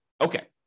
Okay